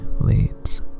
leads